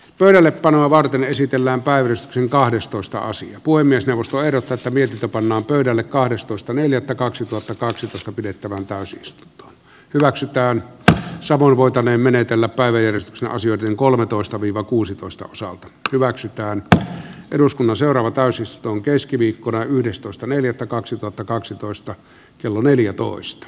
pöydälle panoa varten esitellään päivysty ahdistus taas puhemiesneuvosto eroa tasavirta pannaan pöydälle kahdestoista neljättä kaksituhattakaksitoista pidettävän pääsystä maksetaan tätä savola voitaneen menetellä päivystyksen asioiden kolmetoista viiva kuusitoista osa on hyväksyttävä ne eduskunnan seuraava täysin spr on keskiviikkona yhdestoista neljättä kaksituhattakaksitoista kello neljätoista